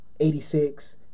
86